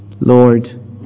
Lord